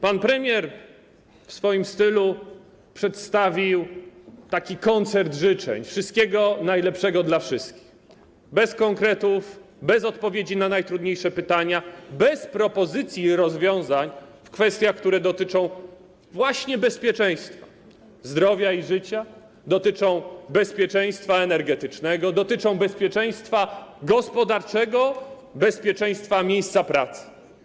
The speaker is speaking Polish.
Pan premier w swoim stylu przedstawił taki koncert życzeń - wszystkiego najlepszego dla wszystkich, bez konkretów, bez odpowiedzi na najtrudniejsze pytania, bez propozycji rozwiązań w kwestiach, które dotyczą właśnie bezpieczeństwa zdrowia i życia, dotyczą bezpieczeństwa energetycznego, dotyczą bezpieczeństwa gospodarczego, bezpieczeństwa miejsc pracy.